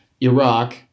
Iraq